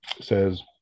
says